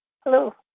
Hello